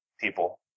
people